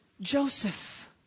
Joseph